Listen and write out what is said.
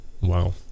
Wow